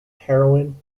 heroine